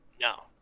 No